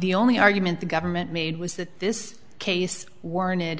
the only argument the government made was that this case warranted